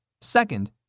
Second